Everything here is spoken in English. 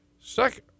second